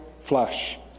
flesh